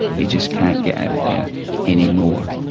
they just can't get out there anymore.